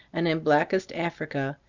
and in blackest africa,